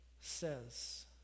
says